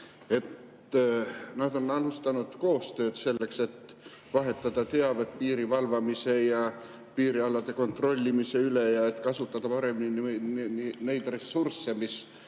nad on alustanud koostööd selleks, et vahetada teavet piiri valvamise ja piirialade kontrollimise kohta ja kasutada paremini neid ressursse, mis